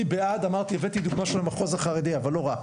אני בעד,